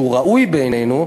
שהוא ראוי בעינינו,